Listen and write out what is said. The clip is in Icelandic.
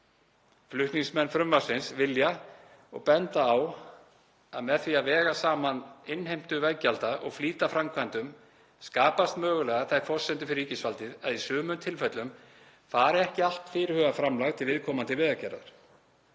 Flutningsmenn frumvarpsins vilja og benda á að með því að vega saman innheimtu veggjalda og flýta framkvæmdum skapast mögulega þær forsendur fyrir ríkisvaldið að í sumum tilfellum fari ekki allt fyrirhugað framlag til viðkomandi vegagerðar,